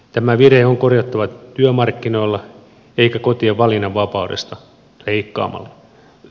tämä virhe on korjattava työmarkkinoilla eikä kotien valinnanvapaudesta leikkaamalla